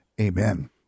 Amen